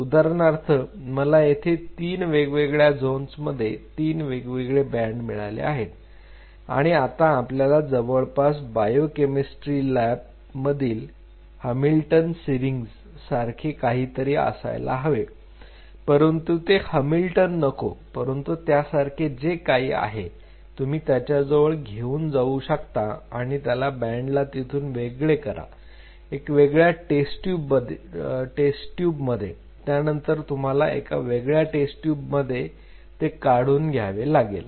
उदाहरणार्थ मला येथे तीन वेगवेगळ्या झोन्समध्ये तीन वेगवेगळे बँड मिळाले आहेत आणि आता आपल्याला जवळपास बायोकेमिस्ट्री लॅब मधील हमिल्टन सिरिंज सारखे काहीतरी असायला हवे परंतु ते हमिल्टन नको परंतु त्यासारखे जे काही आहे तुम्ही त्याच्याजवळ घेऊन जाऊ शकता आणि त्या बँड ला तिथून वेगळे करा एका वेगळ्या टेस्ट ट्यूब मध्ये त्यानंतर तुम्हाला एका वेगळ्या टेस्ट ट्यूबमध्ये ते काढून घ्यावे लागेल